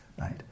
right